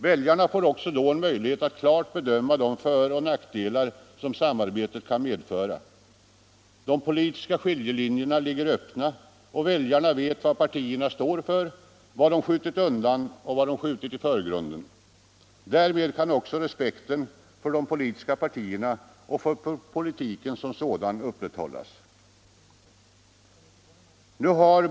Väljarna får då också en möjlighet att klart bedöma de föroch nackdelar som samarbetet kan medföra. De politiska skiljelinjerna ligger öppna, och väljarna vet vad partierna står för, vad de skjutit undan och vad de skjutit i förgrunden. Därmed kan också respekten för de politiska partierna och för politiken som sådan upprätthållas.